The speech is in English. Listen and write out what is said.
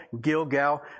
Gilgal